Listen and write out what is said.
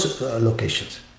locations